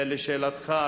ולשאלתך,